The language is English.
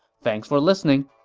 thanks for listening